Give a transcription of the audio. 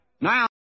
now